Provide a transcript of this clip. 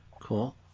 Cool